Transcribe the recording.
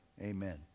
Amen